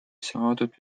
saadud